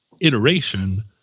iteration